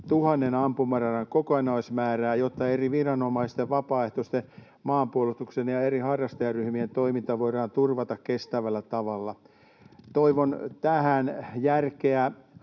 1 000 ampumaradan kokonaismäärää, jotta eri viranomaisten, vapaaehtoisen maanpuolustuksen ja eri harrastajaryhmien toiminta voidaan turvata kestävällä tavalla. Toivon tähän järkeä.